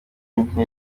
nke